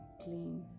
clean